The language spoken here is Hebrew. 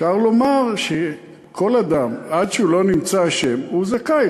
אפשר לומר שכל אדם עד שהוא לא נמצא אשם הוא זכאי.